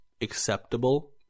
acceptable